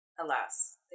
alas